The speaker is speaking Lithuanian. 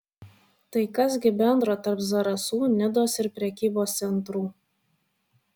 tai kas gi bendro tarp zarasų nidos ir prekybos centrų